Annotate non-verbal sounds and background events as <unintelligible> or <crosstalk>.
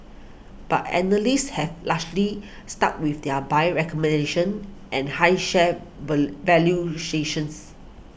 but analysts have largely stuck with their buy recommendations and high share were <unintelligible>